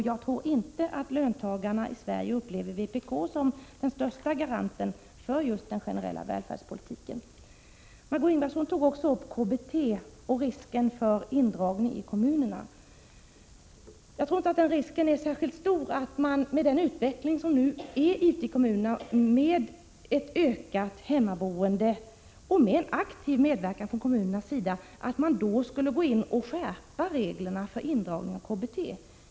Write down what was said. Jag tror inte att löntagarna upplever vpk som den största garanten för den generella välfärdspolitiken. Med den nuvarande utvecklingen ute i kommunerna, med ett ökat hemmaboende och med en aktiv medverkan från kommunernas sida, tror jag inte att risken är särskilt stor att kommunerna skulle gå in och skärpa reglerna för indragningen av KBT.